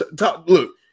Look